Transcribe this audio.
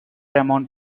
amount